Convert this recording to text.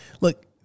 look